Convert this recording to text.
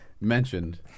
mentioned